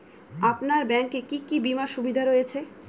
আপনার ব্যাংকে কি কি বিমার সুবিধা রয়েছে?